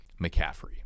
McCaffrey